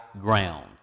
ground